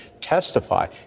testify